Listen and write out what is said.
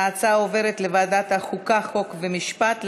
ההצעה עוברת לוועדת החוקה, חוק ומשפט.